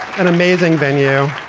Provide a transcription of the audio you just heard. an amazing venue